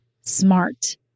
smart